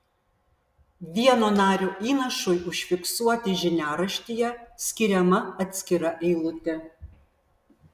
vieno nario įnašui užfiksuoti žiniaraštyje skiriama atskira eilutė